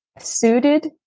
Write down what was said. suited